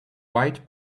white